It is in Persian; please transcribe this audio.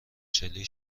چلی